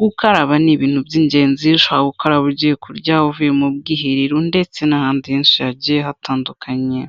Gukaraba ni ibintu by'ingenzi, ushobora gukaraba ugiye kurya, uvuye mu bwiherero ndetse n'ahandi henshi hagiye hatandukanye.